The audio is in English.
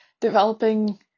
developing